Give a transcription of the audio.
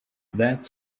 that